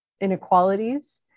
inequalities